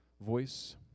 voice